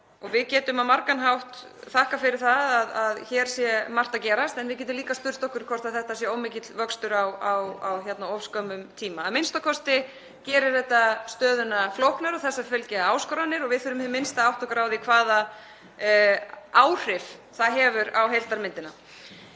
Við getum á margan hátt þakkað fyrir að hér sé margt að gerast en við getum líka spurt okkur hvort þetta sé of mikill vöxtur á of skömmum tíma. Þetta gerir a.m.k. stöðuna flóknari og þessu fylgja áskoranir. Við þurfum hið minnsta að átta okkur á því hvaða áhrif það hefur á heildarmyndina.